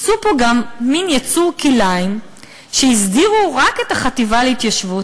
עשו פה גם מין יצור כלאיים כשהסדירו רק את החטיבה להתיישבות,